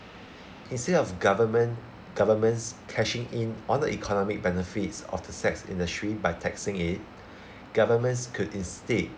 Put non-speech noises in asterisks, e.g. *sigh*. instead of government governments cashing in on the economic benefits of the sex industry by taxing it *breath* governments could instead